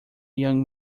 young